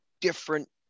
different